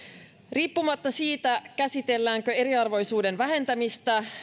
riippumatta siitä käsitelläänkö eriarvoisuuden vähentämistä